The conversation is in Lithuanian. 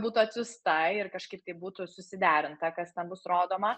būtų atsiųsta ir kažkaip taip būtų susiderinta kas ten bus rodoma